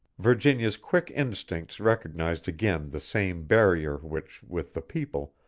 virginia's quick instincts recognized again the same barrier which, with the people,